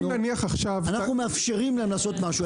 אנחנו מאפשרים להם לעשות משהו.